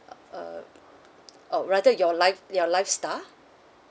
uh oh rather your life your lifestyle